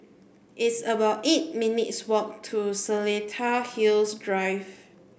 it's about eight minutes' walk to Seletar Hills Drive